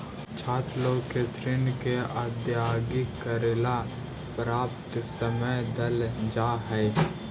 छात्र लोग के ऋण के अदायगी करेला पर्याप्त समय देल जा हई